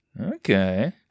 Okay